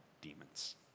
demons